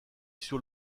sur